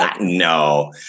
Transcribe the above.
No